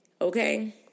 Okay